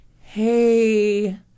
hey